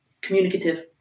communicative